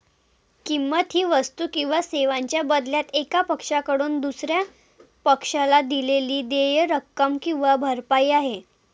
किंमत ही वस्तू किंवा सेवांच्या बदल्यात एका पक्षाकडून दुसर्या पक्षाला दिलेली देय रक्कम किंवा भरपाई आहे